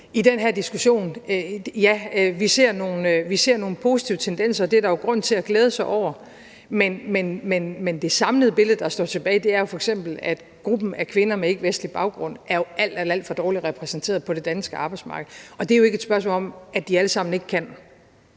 i den her diskussion, at, ja, vi ser nogle positive tendenser – det er der grund til at glæde sig over – men det samlede billede, der står tilbage, er f.eks., at gruppen af kvinder med ikkevestlig baggrund jo er alt, alt for dårligt repræsenteret på det danske arbejdsmarked, og det er ikke et spørgsmål om, at de alle sammen ikke kan.